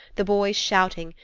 the boys shouting,